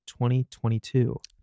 2022